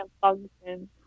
function